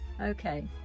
okay